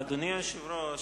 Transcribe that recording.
אדוני היושב-ראש,